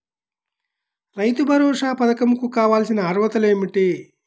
రైతు భరోసా పధకం కు కావాల్సిన అర్హతలు ఏమిటి?